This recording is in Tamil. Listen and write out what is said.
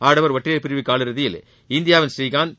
ஆடவர் ஒற்றையர் பிரிவு காலிறுதியில் இந்தியாவின் கிடாம்பி ஸ்ரீகாந்த்